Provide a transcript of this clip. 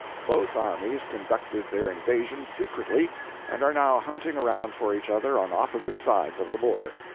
both armies conducted their invasions secretly and are now hunting around for each other on opposite sides of the border.